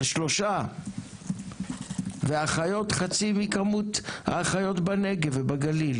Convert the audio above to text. על שלושה ואחיות חצי מכמות האחיות בנגב ובגליל